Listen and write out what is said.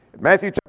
Matthew